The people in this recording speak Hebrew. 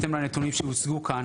בהתאם לנתונים שהוצגו כאן.